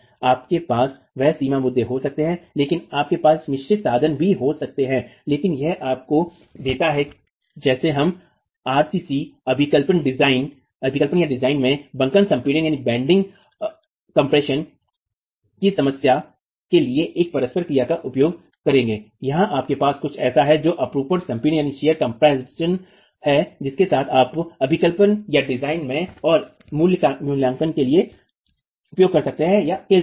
आपके पास वह सीमा मुद्दे हो सकते हैं लेकिन आपके पास मिश्रित साधन भी हो सकते हैं लेकिन यह आपको देता है जैसे हम आरसी अभिकल्पन डिजाइन में बंकन संपीड़न की समस्या के लिए एक परस्पर क्रिया का उपयोग करेंगे यहां आपके पास कुछ ऐसा है जो अपरूपण संपीड़न है जिसके साथ आप अभिकल्पनडिजाइन में और मूल्यांकन के लिए खेल सकते है